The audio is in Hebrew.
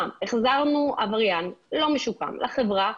החזרנו עבריין לא משוקם לחברה,